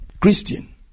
christian